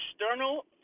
external